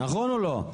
נכון או לא?